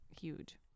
huge